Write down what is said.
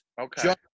Okay